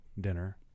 Dinner